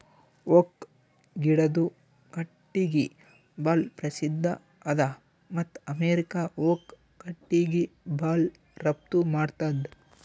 oak ಗಿಡದು ಕಟ್ಟಿಗಿ ಭಾಳ್ ಪ್ರಸಿದ್ಧ ಅದ ಮತ್ತ್ ಅಮೇರಿಕಾ ಓಕ್ ಕಟ್ಟಿಗಿ ಭಾಳ್ ರಫ್ತು ಮಾಡ್ತದ್